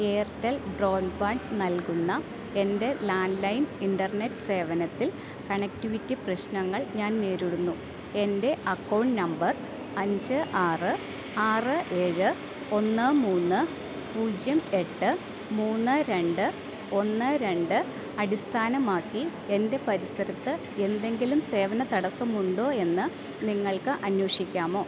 Airtel broadband നൽകുന്ന എൻ്റെ landline internet സേവനത്തിൽ കണക്റ്റിവിറ്റി പ്രശ്നങ്ങൾ ഞാൻ നേരിടുന്നു എൻ്റെ അക്കൗണ്ട് നമ്പർ അഞ്ച് ആറ് ആറ് ഏഴ് ഒന്ന് മൂന്ന് പൂജ്യം എട്ട് മൂന്ന് രണ്ട് ഒന്ന് രണ്ട് അടിസ്ഥാനമാക്കി എൻ്റെ പരിസരത്ത് എന്തെങ്കിലും സേവനതടസ്സമുണ്ടോയെന്ന് നിങ്ങൾക്ക് അന്വേഷിക്കാമോ